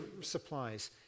supplies